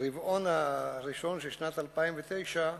ברבעון הראשון של שנת 2009,